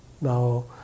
now